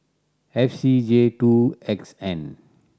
F C J two X N